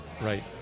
Right